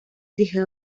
the